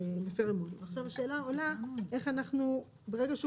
עכשיו השאלה העולה איך אנחנו ברגע שהוא